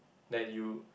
that you